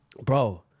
Bro